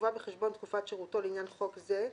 תובא בחשבון תקופת שירותו לעניין חוק זה,